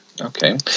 okay